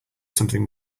something